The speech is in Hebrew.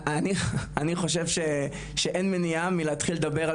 אני חושב שאין מניעה מלהתחיל לדבר על